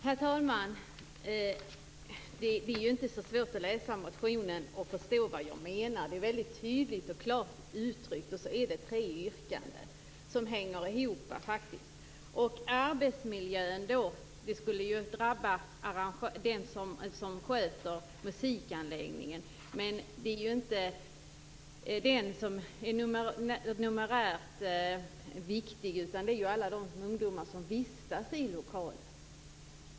Herr talman! Det är inte så svårt att läsa motionen och förstå vad jag menar. Det är väldigt tydligt och klart uttryckt, och sedan är det tre yrkanden som faktiskt hänger ihop. I den mån detta är ett arbetsmiljöproblem drabbar det alltså dem som sköter musikanläggningen. Men det är ju inte de som är de numerärt viktiga, utan det är alla de ungdomar som vistas i lokalen.